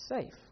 safe